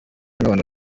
n’abantu